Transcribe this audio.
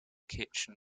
kitchen